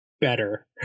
better